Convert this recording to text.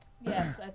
Yes